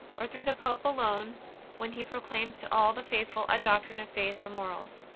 or through the pope alone when he proclaims to all the faithful a doctrine of faith or morals.